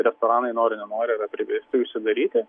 restoranai nori nenori yra priversti užsidaryti